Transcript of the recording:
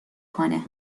کنه